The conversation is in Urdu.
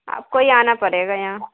آپ کو ہی آنا پڑے گا یہاں